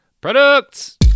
products